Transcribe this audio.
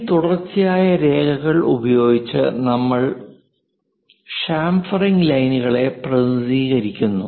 ഈ തുടർച്ചയായ രേഖകൾ ഉപയോഗിച്ച് നമ്മൾ ഷാംഫെറിംഗ് ലൈനുകളെ പ്രതിനിധീകരിക്കുന്നു